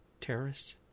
terrorists